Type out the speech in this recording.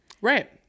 Right